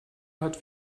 hat